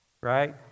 right